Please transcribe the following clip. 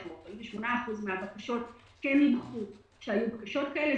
48% מן הישיבות כן נדחו כאשר היו בקשות כאלה,